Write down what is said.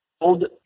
old